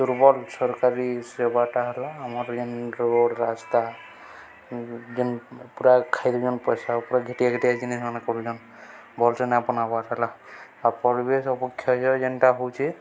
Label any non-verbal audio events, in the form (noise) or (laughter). ଦୁର୍ବଳ ସରକାରୀ ସେବାଟା ହେଲା ଆମର ଯେନ୍ ରୋଡ଼୍ ରାସ୍ତା ଯେନ୍ ପୁରା ଖାଇ ଦେଉଛନ୍ ପଇସା ପୁରା ଘଟିଆ ଘଟିଆ ଜିନିଷ ମାନେ କରୁଛନ୍ ଭଲ (unintelligible) ହେଲା ଆଉ ପରିବେଶ ଅବକ୍ଷୟ ଯେନଟା ହେଉଛି